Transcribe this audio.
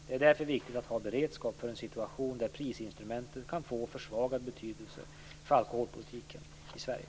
Det är därför viktigt att ha beredskap för en situation där prisinstrumentet kan få försvagad betydelse för alkoholpolitiken i Sverige.